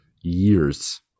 years